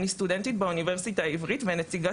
אני סטודנטית באוניברסיטה העברית ונציגה